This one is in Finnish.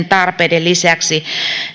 tarpeiden lisäksi